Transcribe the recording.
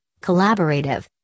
collaborative